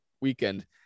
weekend